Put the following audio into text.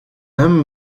homme